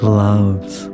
loves